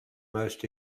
most